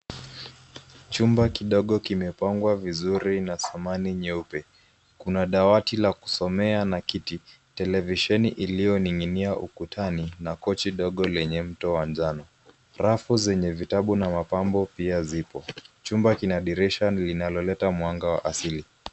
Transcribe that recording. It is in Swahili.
Chumba kidogo kimepangwa vizuri na samani nyeupe. Kuna dawati la kusomea na kiti, televisheni iliyo ninginia ukutani na kochi dogo lenye mto wa njano. Rafu zenye vitabu na mapambo pia zipo. Chumba kina dirisha linaloleta mwanga wa asili.